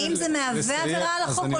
אם זה מהווה עבירה על החוק,